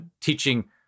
teaching